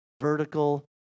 Vertical